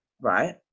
right